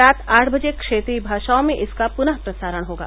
रात आठ बजे क्षेत्रीय भाषाओं में इसका पुनः प्रसारण होगा